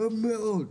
טוב מאוד,